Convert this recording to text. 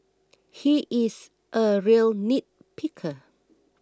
he is a real nitpicker